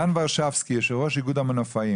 דן ורשבסקי, יושב ראש אגוד המנופאים,